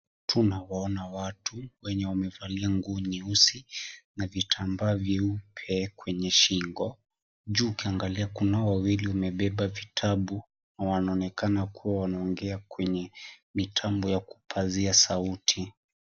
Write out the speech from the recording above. Tunawaona watu wenye wamevalia nguo nyeusi na vitambaa vyeupe kwenye shingo juu ukiangalia kunao wawili wamebeba vitabu na wanaonekana kuwa wanaongea kwenye mitambo ya kupazia sauti.